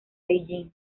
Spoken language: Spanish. beijing